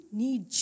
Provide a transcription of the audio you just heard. need